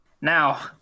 Now